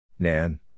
Nan